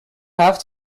have